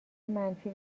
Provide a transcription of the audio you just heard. منفی